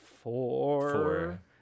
four